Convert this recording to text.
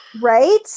Right